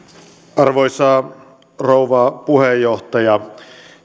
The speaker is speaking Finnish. arvoisa rouva puheenjohtaja